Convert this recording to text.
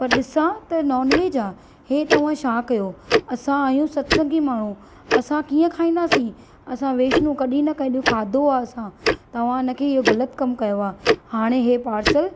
पर ॾिसां त नॅानवेज आहे इहो तव्हां छा कयो असां आहियूं सत्संगी माण्हूं असां कीअं खाईंदासीं असां वैष्णू कॾहिं न कंहिंजो खाधो आहे असां तव्हां हिन खे इहो ग़लति कमु कयो आहे हाणे इहो पार्सल